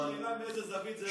השאלה מאיזה זווית זה בחוק,